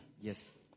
Yes